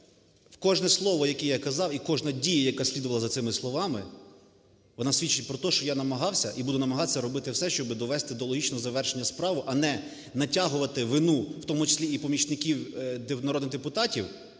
кожне слово, яке я казав і кожна дія, яка слідувала за цими словами, вона свідчить про те, що я намагався і буду намагатися робити все, щоб довести до логічного завершення справу, а не натягувати вину, в тому числі і помічників народних депутатів